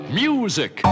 music